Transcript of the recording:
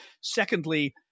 Secondly